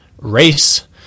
race